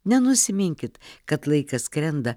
nenusiminkit kad laikas skrenda